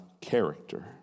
character